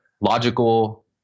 logical